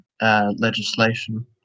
legislation